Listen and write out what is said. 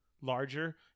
larger